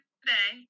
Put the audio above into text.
today